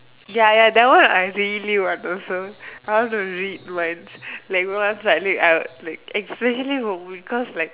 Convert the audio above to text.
ya ya that one I really want also I want to read once like once I late like especially home because like